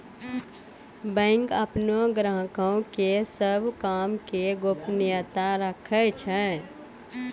bank अपनो ग्राहको के सभ काम के गोपनीयता राखै छै